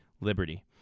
Liberty